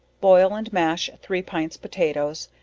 boil and mash three pints potatoes,